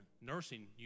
nursing